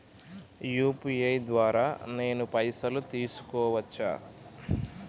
UPI ద్వారా నేను పైసలు తీసుకోవచ్చా?